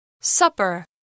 Supper